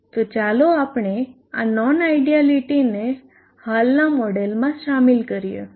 તો ચાલો આપણે આ નોન આયડયાલીટીને હાલના મોડેલમાં સામેલ કરીએ